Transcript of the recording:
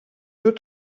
deux